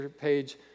page